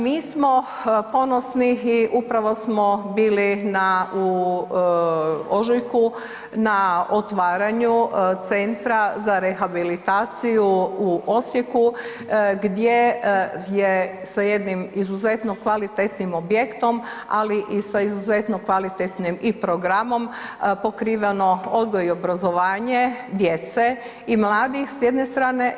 Mi smo ponosni i upravo smo bili na u ožujku na otvaranju Centra za rehabilitaciju u Osijeku gdje je sa jednim izuzetno kvalitetnim objektom, ali i sa izuzetno kvalitetnim i programom pokriveno odgoj i obrazovanje djece i mladih s jedne strane.